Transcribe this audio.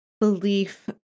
belief